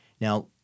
Now